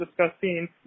discussing